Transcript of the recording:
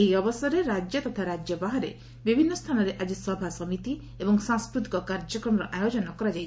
ଏହି ଅବସରରେ ରାଜ୍ୟ ତଥା ରାଜ୍ୟ ବାହାରେ ବିଭିନ୍ନ ସ୍ରାନରେ ଆଜି ସଭାସମିତି ଏବଂ ସାଂସ୍କୃତିକ କାର୍ଯ୍ୟକ୍ରମର ଆୟୋଜ୍ନ କରାଯାଇଛି